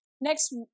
Next